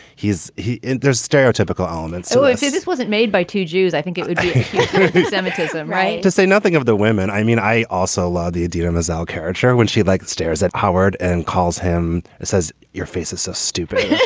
he's he there's stereotypical elements so if jesus wasn't made by two jews, i think it would semitism semitism right, to say nothing of the women. i mean, i also love the idina menzel character when she, like it, stares at howard and calls him, says, your faces are so stupid, yeah